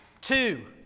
Two